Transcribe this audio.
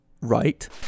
right